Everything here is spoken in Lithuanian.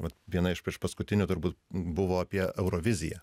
vat viena iš priešpaskutinių turbūt buvo apie euroviziją